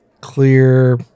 clear